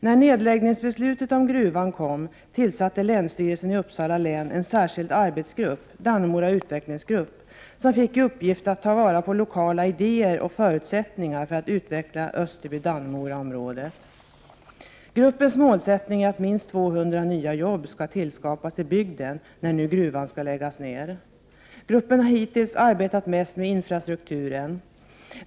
När nedläggningsbeslutet om gruvan kom tillsatte länsstyrelsen i Uppsala län en särskild arbetsgrupp - Dannemora utvecklingsgrupp — som fick i uppgift att ta vara på lokala idéer och förutsättningar för att utveckla Österby-Dannemora-området. Gruppens målsättning är att minst 200 nya jobb skall tillskapas i bygden när nu gruvan läggs ner. Gruppen har hittills arbetat mest med infrastrukturen.